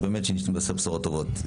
שבאמת נתבשר בשורות טובות.